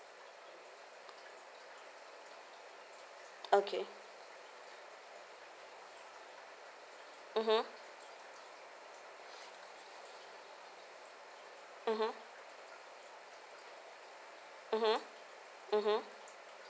okay mmhmm